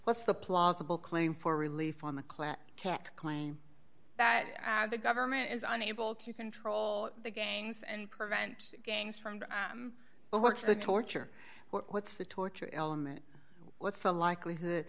what's the plausible claim for relief on the clan can't claim that the government is unable to control the gangs and prevent gangs from the works of the torture what's the torture element what's the likelihood